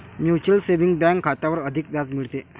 mutual saving bank खात्यावर अधिक व्याज मिळते